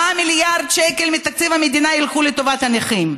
מיליארד שקל מתקציב המדינה ילכו לטובת הנכים.